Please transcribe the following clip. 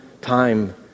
time